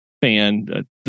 fan